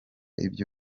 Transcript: ibyo